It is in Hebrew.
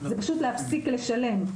זה פשוט להפסיק לשלם.